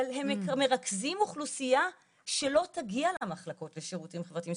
אבל הם מרכזים אוכלוסייה שלא תגיע למחלקות בשירותים הפרטיים.